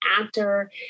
actor